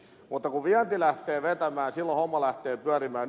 kun vienti lähtee vetämään silloin homma lähtee pyörimään